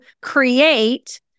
create